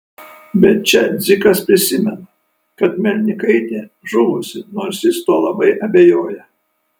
bet čia dzikas prisimena kad melnikaitė žuvusi nors jis tuo labai abejoja